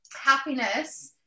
happiness